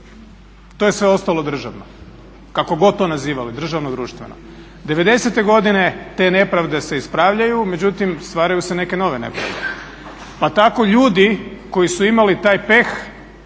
to je sve ostalo državno, kako god to nazivali, državno ili društveno. '90. godine te nepravde se ispravljaju, međutim stvaraju se neke nove nepravde pa tako ljudi koji su imali taj peh